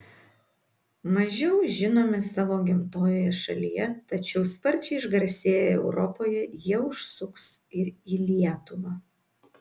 mažiau žinomi savo gimtojoje šalyje tačiau sparčiai išgarsėję europoje jie užsuks ir į lietuvą